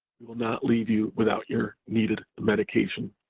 we will not leave you without your needed medication.